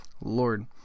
Lord